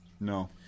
No